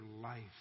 life